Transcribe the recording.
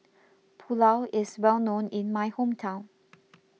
Pulao is well known in my hometown